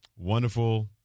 Wonderful